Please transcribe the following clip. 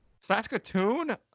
Saskatoon